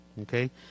okay